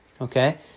okay